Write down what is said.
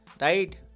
right